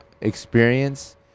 experience